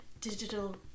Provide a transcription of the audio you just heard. digital